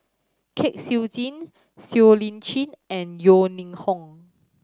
Kwek Siew Jin Siow Lee Chin and Yeo Ning Hong